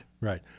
right